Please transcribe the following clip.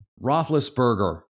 Roethlisberger